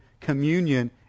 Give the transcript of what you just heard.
communion